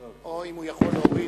או אם הוא יכול להוריד,